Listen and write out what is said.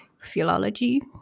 philology